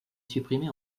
supprimé